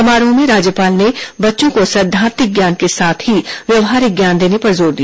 समारोह में राज्यपाल ने बच्चों को सैद्धांतिक ज्ञान के साथ ही व्यावहारिक ज्ञान देने पर जोर दिया